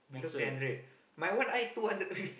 sponsor